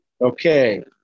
Okay